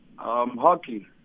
Hockey